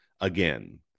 again